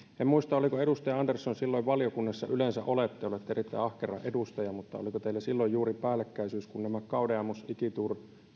en muista oliko edustaja andersson silloin valiokunnassa yleensä olette olette erittäin ahkera edustaja mutta oliko teillä silloin juuri päällekkäisyys kun tämän gaudeamus igitur